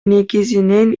негизинен